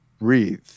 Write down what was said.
breathe